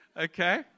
Okay